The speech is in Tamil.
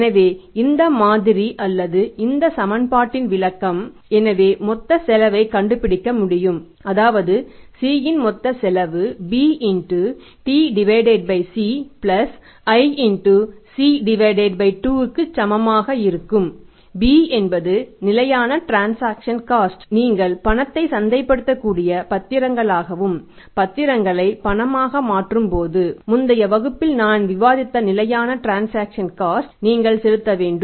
எனவே இந்த மாதிரி அல்லது இந்த சமன்பாட்டின் விளக்கம் எனவே மொத்த செலவைக் கண்டுபிடிக்க முடியும் அதாவது C இன் மொத்த செலவு b T C i C 2 க்கு சமமாக இருக்கும் b என்பது நிலையான டிரன்சாக்சன் காஸ்ட் வை நீங்கள் செலுத்த வேண்டும்